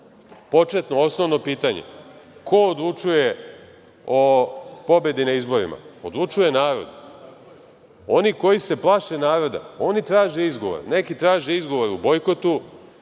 početno osnovno pitanje – ko odlučuje o pobedi na izborima? Odlučuje narod. Oni koji se plaše naroda, oni traže izgovor. Neki traže izgovor u bojkotu,